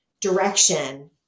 direction